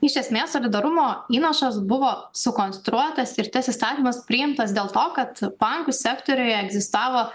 iš esmės solidarumo įnašas buvo sukonstruotas ir tas įsakymas priimtas dėl to kad bankų sektoriuje egzistavo